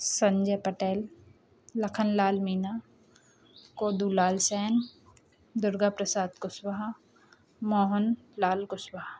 Sanjay Patel Lakhan Lal Meena Kodulal Sen Durga Prasad Kushwaha Mohan Lal Kushwaha